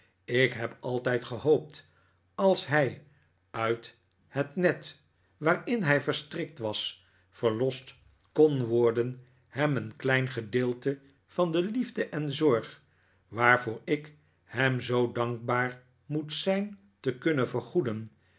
ik heb altijd gehoopt als hij uit het net waarin hij verstrikt was verlost kon worden hem een klein gedeelte van de liefde en zorg waarvoor ik hem zoo dankbaar moet zijn te kunnen vergoeden